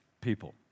people